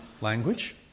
language